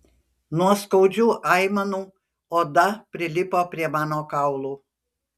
nuo skaudžių aimanų oda prilipo prie mano kaulų